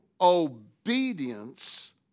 obedience